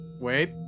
wait